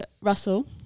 Russell